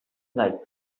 life